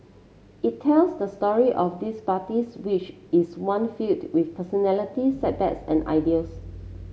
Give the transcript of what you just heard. it tells the story of these parties which is one filled with personalities setbacks and ideals